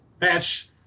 match